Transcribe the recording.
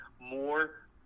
more